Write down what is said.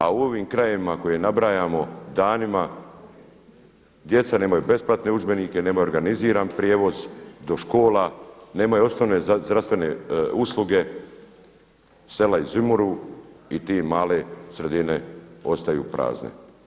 A u ovim krajevima koje nabrajamo danima djeca nemaju besplatne udžbenike, nemaju organiziran prijevoz do škola, nemaju osnovne zdravstvene usluge, sela izumiru i te male sredine ostaju prazne.